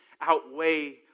outweigh